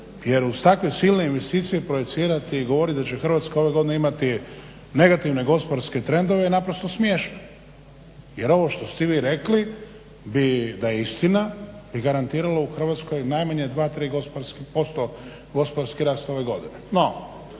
jel s takve silne investicije projicirati i govoriti da će Hrvatska ove godine imati negativne gospodarske trendove je naprosto smiješno jer ovo što ste vi rekli bi da je istina bi garantiralo u Hrvatskoj bar dva, tri posto gospodarski rast ove godine.